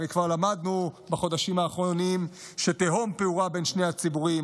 והרי כבר למדנו בחודשים האחרונים שתהום פעורה בין שני הציבורים,